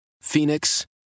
Phoenix